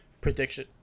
prediction